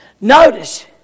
Notice